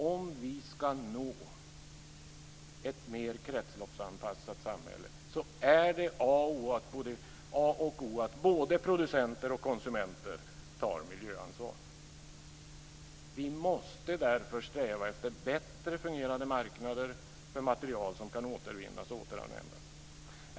Om vi ska nå ett mer kretsloppsanpassat samhälle är det A och O att både producenter och konsumenter tar miljöansvar. Vi måste därför sträva efter bättre fungerande marknader för material som kan återvinnas och återanvändas.